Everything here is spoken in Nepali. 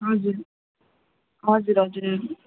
हजुर हजुर हजुर हजुर